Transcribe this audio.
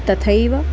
तथैव